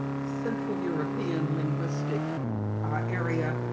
central european linguistic ah area.